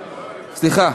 סליחה,